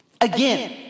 Again